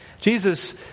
Jesus